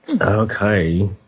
okay